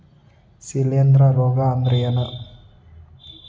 ಶಿಲೇಂಧ್ರ ರೋಗಾ ಅಂದ್ರ ಏನ್?